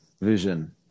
Vision